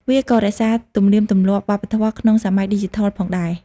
វាក៏រក្សាទំនៀមទម្លាប់វប្បធម៌ក្នុងសម័យឌីជីថលផងដែរ។